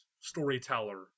storyteller